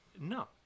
No